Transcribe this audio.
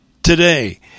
Today